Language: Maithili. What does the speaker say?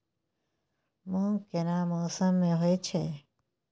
मूंग केना मौसम में होय छै?